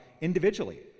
individually